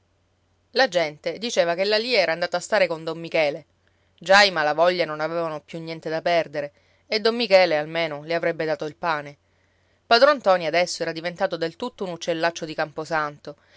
la gente diceva che la lia era andata a stare con don michele già i malavoglia non avevano più niente da perdere e don michele almeno le avrebbe dato il pane padron ntoni adesso era diventato del tutto un uccellaccio di camposanto